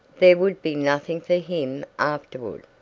there would be nothing for him afterward.